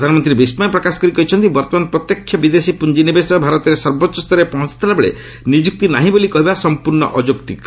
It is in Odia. ପ୍ରଧାନମନ୍ତ୍ରୀ ବିସ୍କୟ ପ୍ରକାଶ କରି କହିଛନ୍ତି ବର୍ତ୍ତମାନ ପ୍ରତ୍ୟକ୍ଷ ବିଦେଶୀ ପୁଞ୍ଜିନିବେଶ ଭାରତରେ ସର୍ବୋଚ୍ଚ ସ୍ତରରେ ପହଞ୍ଚ ଥିବାବେଳେ ନିଯୁକ୍ତି ନାହିଁ ବୋଲି କହିବା ସମ୍ପର୍ଶ୍ଣ ଅଯୌକ୍ତିକ